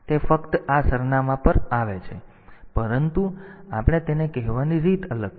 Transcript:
તેથી તે ફક્ત આ સરનામાં પર આવે છે પરંતુ આપણે તેને કહેવાની રીત અલગ છે